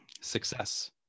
Success